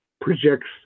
projects